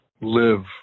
live